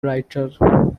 writer